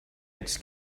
its